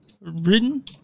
Written